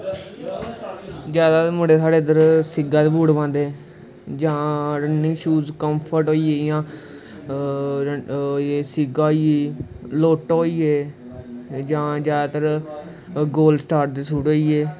जैदा ते मुडे साढ़े इद्धर सेगा दे बूट पांदे जां रननिंग शूज स्पोटस शूज होई गे जि'यां होई गे सेगा होई गेई लोटो होई गे जां जैदातर गोल्ड सटार दे शूज होई गे